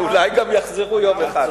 אולי גם יחזרו יום אחד.